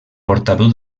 portaveu